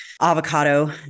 Avocado